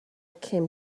came